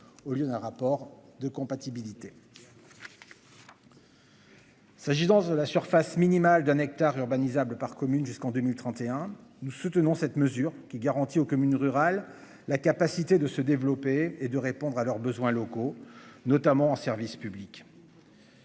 au lieu d'un rapport de compatibilité. S'agit danse de la surface minimale d'un hectare. Bleu par commune jusqu'en 2031. Nous soutenons cette mesure qui garantit aux communes rurales la capacité de se développer et de répondre à leurs besoins locaux, notamment en service public.